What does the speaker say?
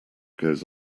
goes